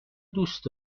دوست